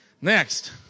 Next